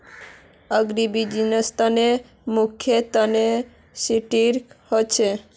अग्रीबिज़नेसत मुख्य तीन सेक्टर ह छे